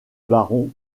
baron